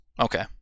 Okay